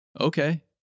Okay